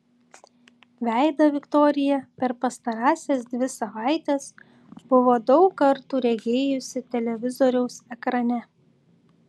veidą viktorija per pastarąsias dvi savaites buvo daug kartų regėjusi televizoriaus ekrane